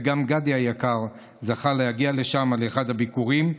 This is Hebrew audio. וגם גדי היקר זכה להגיע לשם באחד הביקורים.